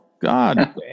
God